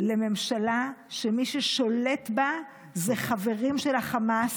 לממשלה שמי ששולט בה זה חברים של החמאס,